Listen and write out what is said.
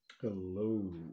Hello